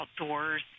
outdoors